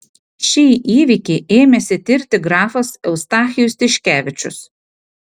šį įvykį ėmėsi tirti grafas eustachijus tiškevičius